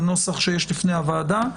בנוסח שיש בפני הוועדה,